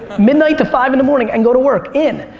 midnight to five in the morning and go to work. in.